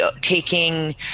taking